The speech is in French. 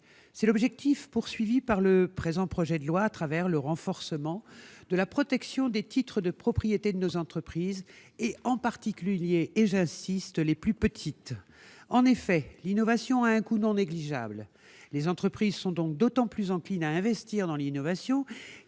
C'est l'objectif recherché par le présent projet de loi au travers du renforcement de la protection des titres de propriété de nos entreprises, et en particulier- j'insiste -des plus petites d'entre elles. L'innovation a un coût non négligeable. Les entreprises sont donc d'autant plus enclines à investir dans l'innovation